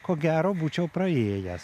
ko gero būčiau praėjęs